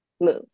move